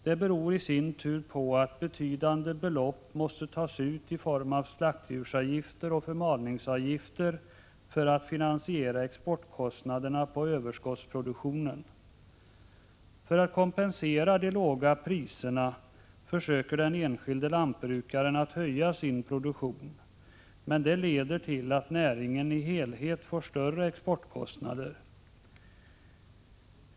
Det beror i sin tur på att betydande belopp måste tas ut i form av slaktdjursavgifter och förmalningsavgifter för att finansiera exportkostnaderna på överskottsproduktionen. För att kompensera de låga priserna försöker den enskilde lantbrukaren att höja sin produktion, men det leder till att näringen i sin helhet får större exportkostnader.